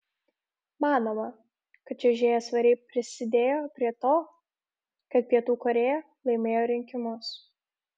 manoma kad čiuožėja svariai prisidėjo prie to kad pietų korėja laimėjo rinkimus